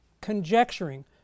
conjecturing